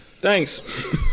Thanks